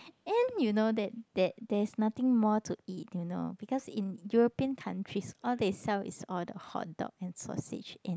and you know that that there is nothing more to eat you know because in European countries all they sell is all the hotdog and sausage and